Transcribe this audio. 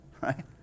right